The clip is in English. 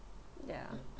ya